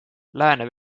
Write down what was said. lääne